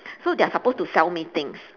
so they are supposed to sell me things